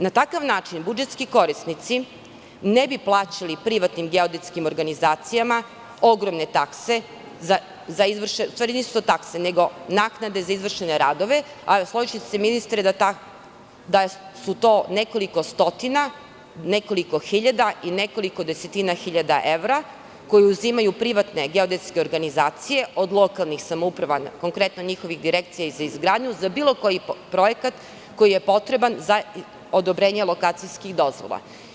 Na takav način budžetski korisnici ne bi plaćali privatnim geodetskim organizacijama ogromne takse, odnosno naknade za izvršene radove, a složićete se, ministre, da je to nekoliko stotina, nekoliko hiljada i nekoliko desetina hiljada evra, koje uzimaju privatne geodetske organizacije od lokalnih samouprava, konkretno njihovih direkcija za izgradnju, za bilo koji projekat koji je potreban za odobrenje lokacijskih dozvola.